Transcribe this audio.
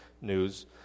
news